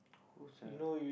who's a